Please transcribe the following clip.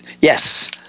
Yes